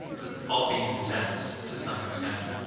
let's all be incensed, to some extent.